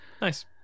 Nice